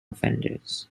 offenders